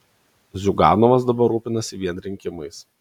ziuganovas dabar rūpinasi vien rinkimais